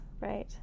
right